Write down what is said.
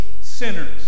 sinners